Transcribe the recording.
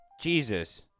Jesus